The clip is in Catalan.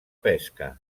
pesca